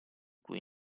cui